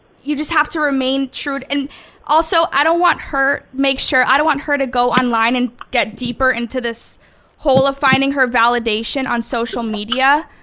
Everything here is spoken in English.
you just have to remain true, and also i don't want her, make sure, i don't want her to go online and get deeper into this hole of finding her validation on social media.